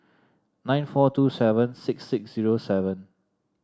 nine four two seven six six zero seven